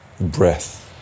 Breath